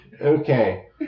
Okay